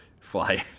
Flyers